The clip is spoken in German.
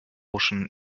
ocean